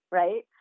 right